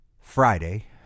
Friday